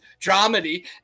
dramedy